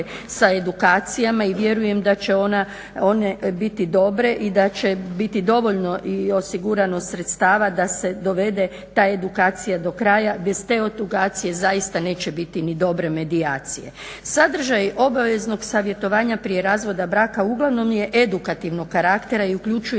sa edukacijama i vjerujem da će one biti dobre i da će biti dovoljno osigurano sredstava da se dovede ta edukacija do kraja. Bez te edukacije zaista neće biti ni dobre medijacije. Sadržaj obaveznog savjetovanja prije razvoda braka uglavnom je edukativnog karaktera i uključuje